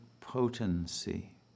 potency